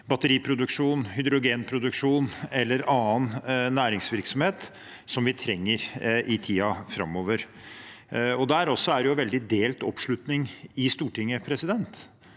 batteriproduksjon, hydrogenproduksjon eller annen næringsvirksomhet som vi trenger i tiden framover. Det er veldig delt oppslutning i Stortinget om dette.